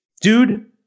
Dude